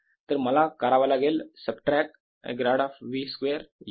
तर मला करावा लागेल subtract grad of V square याच्यामधून